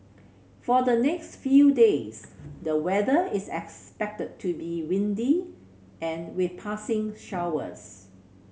for the next few days the weather is expected to be windy and with passing showers